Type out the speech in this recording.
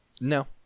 No